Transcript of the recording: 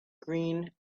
green